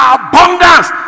abundance